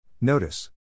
Notice